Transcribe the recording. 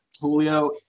Julio